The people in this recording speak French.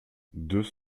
deux